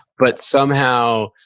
but, somehow,